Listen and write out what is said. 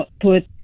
put